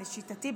לשיטתי,